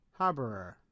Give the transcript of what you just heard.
Harborer